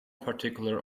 particular